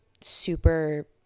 super